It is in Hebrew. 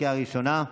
לקריאה ראשונה.